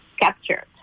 captured